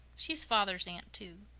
she's father's aunt, too.